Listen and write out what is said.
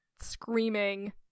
screaming